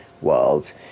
world